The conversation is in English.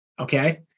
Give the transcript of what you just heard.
Okay